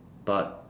but